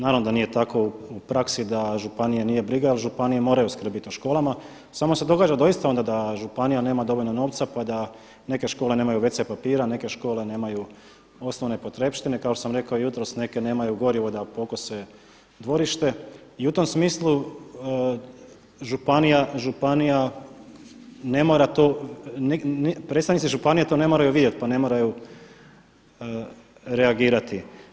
Naravno da nije tako u praksi, da županije nije briga jer županije moraju skrbiti o školama, samo se događa doista onda da županija nema dovoljno novca pa da neke škole nemaju wc papira, neke škole nemaju osnovne potrepštine, kao što sam rekao jutros neke nemaju gorivo da pokose dvorište i u tom smislu županija ne mora to, predstavnici županije to ne moraju vidjeti, ne moraju reagirati.